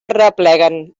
arrepleguen